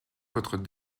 votre